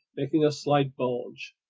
making a slight bulge.